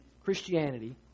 Christianity